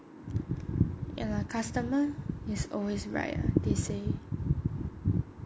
ya lah customer is always right they say